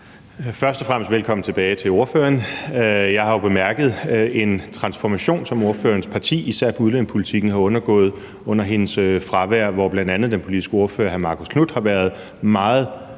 Først og fremmest velkommen tilbage til ordføreren. Jeg har jo bemærket en transformation, som ordførerens parti især har undergået på udlændingepolitikken under hendes fravær, hvor bl.a. den politiske ordfører, hr. Marcus Knuth, har været meget